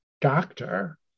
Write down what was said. doctor